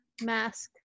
mask